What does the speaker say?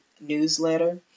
newsletter